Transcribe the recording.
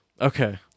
Okay